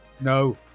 No